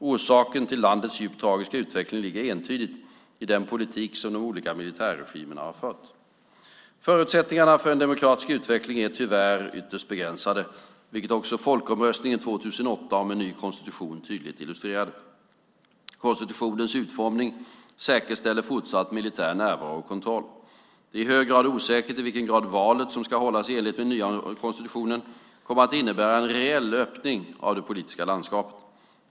Orsaken till landets djupt tragiska utveckling ligger entydigt i den politik som de olika militärregimerna har fört. Förutsättningarna för en demokratisk utveckling är tyvärr ytterst begränsade, vilket också folkomröstningen 2008 om en ny konstitution tydligt illustrerade. Konstitutionens utformning säkerställer fortsatt militär närvaro och kontroll. Det är i hög grad osäkert i vilken grad valet, som ska hållas i enlighet med den nya konstitutionen, kommer att innebära en reell öppning av det politiska landskapet.